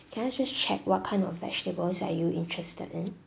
can I just check what kind of vegetables are you interested in